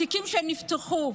התיקים שנפתחו,